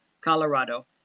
Colorado